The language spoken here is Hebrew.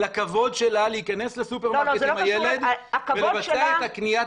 לכבוד שלה להיכנס לסופרמרקט עם הילד ולבצע את קניית